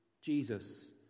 Jesus